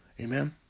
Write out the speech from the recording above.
Amen